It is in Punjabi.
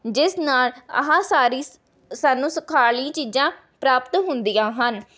ਜਿਸ ਨਾਲ ਆਹ ਸਾਰੀ ਸ ਸਾਨੂੰ ਸੁਖਾਲੀ ਚੀਜ਼ਾਂ ਪ੍ਰਾਪਤ ਹੁੰਦੀਆਂ ਹਨ